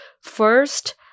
first